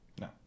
No